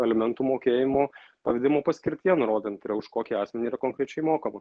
alimentų mokėjimo pavedimo paskirtyje nurodant už kokį asmenį yra konkrečiai mokama